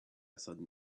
sudden